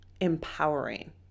empowering